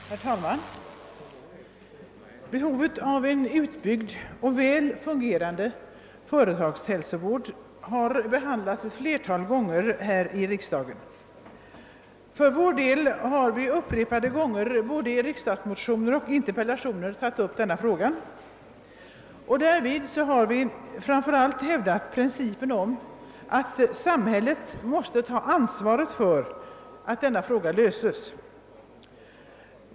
Herr talman! Behovet av en utbyggd och vil fungerande företagshälsovård har behandlats vid ett flertal tillfällen här i riksdagen. För vår del har vi upprepade gånger i både riksdagsmotioner och interpellationer aktualiserat denna fråga, och därvid har vi framför allt hävdat principen att samhället måste ta ansvaret för att denna fråga löses.